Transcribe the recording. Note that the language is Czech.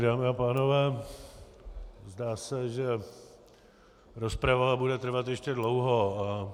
Dámy a pánové, zdá se, že rozprava bude trvat ještě dlouho.